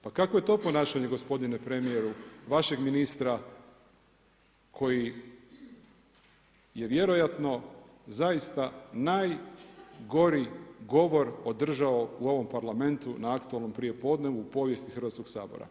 Pa kakvo je to ponašanje gospodine premijeru vašeg ministra koji je vjerojatno zaista najgori govor održao u ovom Parlamentu na aktualnom prijepodnevu u povijesti Hrvatskog sabora.